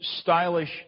stylish